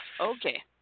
Okay